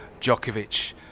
Djokovic